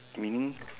you mean